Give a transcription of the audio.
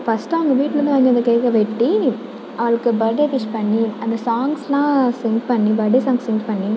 first அவங்க வீட்லருந்து வாங்கிட்டு வந்த கேக்கை வெட்டி அவளுக்கு பர்த் டே விஷ் பண்ணி அந்த சாங்ஸ்யெலாம் சென்ட் பண்ணி பர்த் டே சாங் சென்ட் பண்ணி